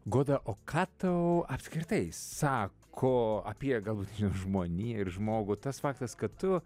goda o ką tau apskritai sako apie galbūt nežinau žmoniją ir žmogų tas faktas kad tu